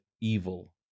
evil